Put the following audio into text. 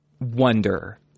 wonder